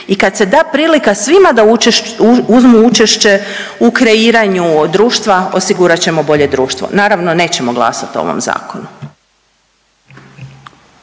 i kad se da prilika svima da uzmu učešće u kreiranju društva osigurat ćemo bolje društvo. Naravno nećemo glasati o ovom zakonu.